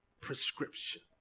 prescription